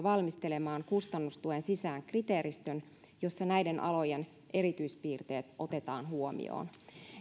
valmistelemaan kustannustuen sisään kriteeristön jossa näiden alojen erityispiirteet otetaan huomioon